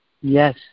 Yes